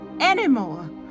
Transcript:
anymore